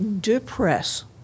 depress